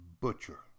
Butcher